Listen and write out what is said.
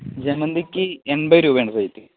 ജമന്തിക്ക് എൺപതു രൂപയാണ് റേറ്റ്